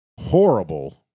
horrible